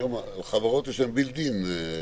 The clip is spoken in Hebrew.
היום בחברות יש בילד-אין.